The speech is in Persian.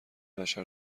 بشر